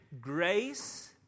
grace